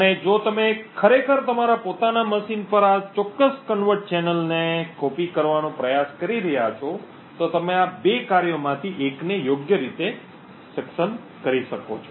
અને જો તમે ખરેખર તમારા પોતાના મશીન પર આ ચોક્કસ convert ચેનલને નકલ કરવાનો પ્રયાસ કરી રહ્યાં છો તો તમે આ ૨ કાર્યોમાંથી એકને યોગ્ય રીતે સક્ષમ કરી શકો છો